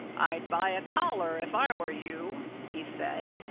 i'd buy a collar if i were you, he said.